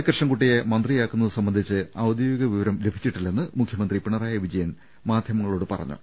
കൃഷ്ണൻകുട്ടിയെ മന്ത്രിയാ ക്കുന്നത് സംബന്ധിച്ച് ഔദ്യോഗിക വിവരം ലഭിച്ചിട്ടിലെന്ന് മുഖ്യമന്ത്രി പിണറായി വിജയൻ മാധ്യമങ്ങളോട് പറഞ്ഞു